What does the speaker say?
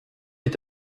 est